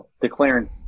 Declaring